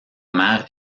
mère